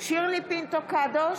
שירלי פינטו קדוש,